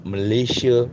Malaysia